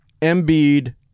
Embiid